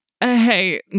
hey